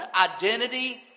identity